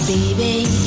Baby